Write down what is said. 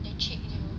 they cheat you